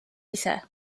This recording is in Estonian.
ise